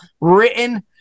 written